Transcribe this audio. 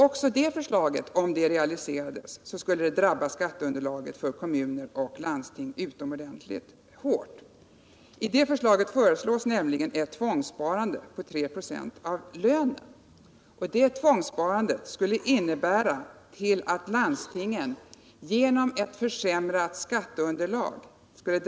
Om det förslaget realiserades, skulle även det drabba skatteunderlaget för kommuner och landsting utomordentligt hårt. I förslaget föreslås nämligen ett tvångs sparande på 396 av lönen. Detta tvångssparande skulle innebära att landstingen genom en försämring av skatteunderlaget på 6 miljarder kr.